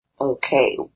Okay